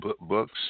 books